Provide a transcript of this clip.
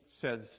says